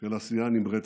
של עשייה נמרצת.